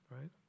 right